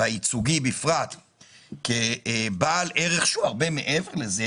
והייצוגי בפרט כבעל ערך שהוא הרבה מעבר לזה,